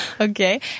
Okay